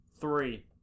Three